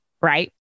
right